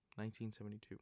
1972